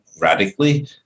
radically